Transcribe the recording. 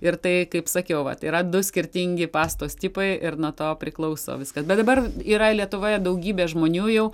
ir tai kaip sakiau vat yra du skirtingi pastos tipai ir nuo to priklauso viskas bet dabar yra lietuvoje daugybė žmonių jau